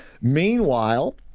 Meanwhile